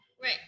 Right